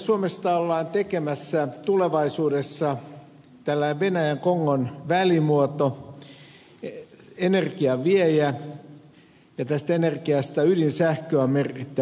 suomesta ollaan tekemässä tulevaisuudessa tällainen venäjän ja kongon välimuoto energian viejä ja tästä energiasta ydinsähkö on merkittävä osa